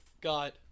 Got